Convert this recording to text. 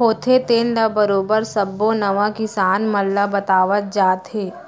होथे तेन ल बरोबर सब्बो नवा किसान मन ल बतावत जात हे